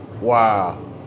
Wow